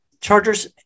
Chargers